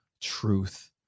truth